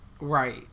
Right